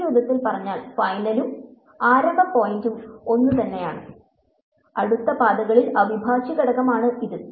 മറ്റൊരു വിധത്തിൽ പറഞ്ഞാൽ ഫൈനലും ആരംഭ പോയിന്റും ഒന്നുതന്നെയാണ് അടുത്ത പാതകളിലെ അവിഭാജ്യഘടകമാണ് ഇത്